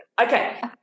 Okay